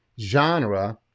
genre